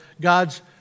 God's